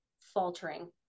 faltering